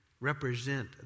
represent